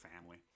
family